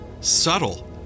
subtle